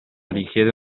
richiede